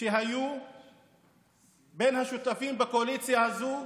שהיו בין השותפים בקואליציה הזו,